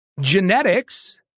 Genetics